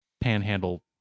panhandle